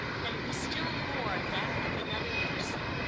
that it was still more that of another person,